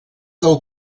del